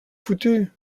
foutus